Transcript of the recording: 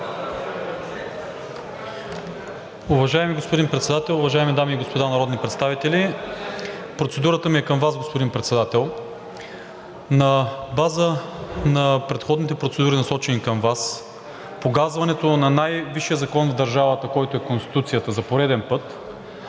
Уважаеми господин Председател, уважаеми дами и господа народни представители! Процедурата ми е към Вас, господин Председател. На база на предходните процедури, насочени към Вас, погазването на най-висшия закон в държавата, който е Конституцията, за пореден път